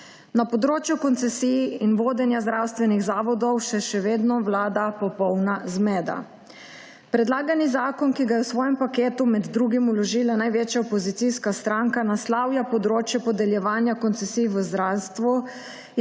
Na področju koncesij in vodenja zdravstvenih zavodov še vedno vlada popolna zmeda. Predlagani zakon, ki ga je v svojem paketu med drugim vložila največja opozicijska stranka, naslavlja področje podeljevanja koncesij v zdravstvu